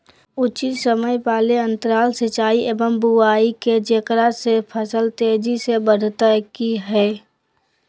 उचित समय वाले अंतराल सिंचाई एवं बुआई के जेकरा से फसल तेजी से बढ़तै कि हेय?